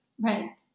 right